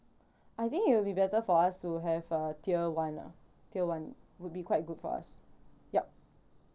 I think it will be better for us to have uh tier one ah tier one would be quite good for us yup